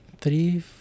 three